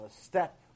step